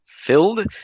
Filled